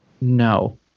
No